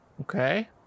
okay